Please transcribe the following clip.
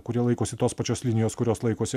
kurie laikosi tos pačios linijos kurios laikosi